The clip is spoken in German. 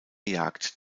jagd